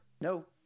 No